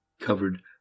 covered